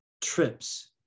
trips